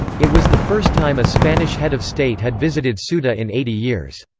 it was the first time a spanish head of state had visited ceuta in eighty years.